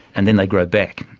and then they grow back.